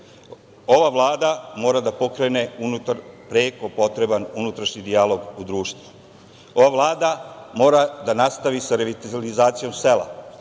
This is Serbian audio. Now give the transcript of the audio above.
Ova Vlada mora da pokrene unutar preko potreban unutrašnji dijalog u društvu. Ova Vlada mora da nastavi sa revitalizacijom sela.